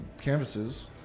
canvases